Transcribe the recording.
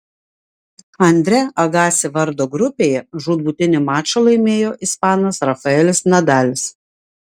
andre agassi vardo grupėje žūtbūtinį mačą laimėjo ispanas rafaelis nadalis